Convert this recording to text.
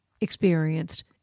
experienced